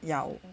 要